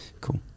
Cool